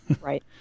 Right